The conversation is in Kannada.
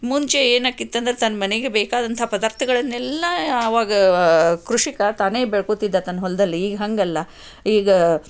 ಮುಂಚೆ ಏನಾಗ್ತಿತ್ತಂದ್ರ್ ತನ್ನ ಮನೆಗೆ ಬೇಕಾದಂಥ ಪದಾರ್ಥಗಳನ್ನೆಲ್ಲ ಆವಾಗ ಕೃಷಿಕ ತಾನೇ ಬೆಳ್ಕೊತ್ತಿದ್ದ ತನ್ನ ಹೊಲದಲ್ಲಿ ಈಗ ಹಾಗಲ್ಲ ಈಗ